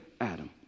Adam